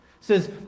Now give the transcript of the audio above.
says